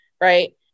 right